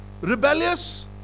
rebellious